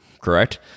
correct